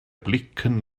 blicken